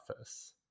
office